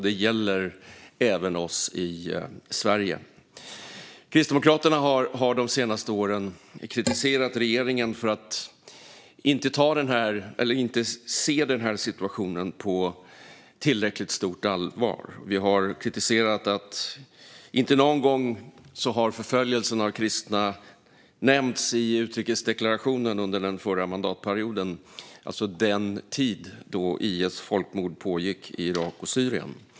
Det gäller även oss i Sverige. Kristdemokraterna har de senaste åren kritiserat regeringen för att inte se på den här situationen med tillräckligt stort allvar. Vi har kritiserat att förföljelsen av kristna inte någon gång nämndes i utrikesdeklarationen under förra mandatperioden, alltså under den tid då IS folkmord pågick i Irak och Syrien.